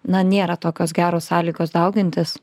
na nėra tokios geros sąlygos daugintis